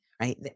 Right